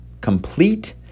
complete